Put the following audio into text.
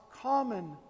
common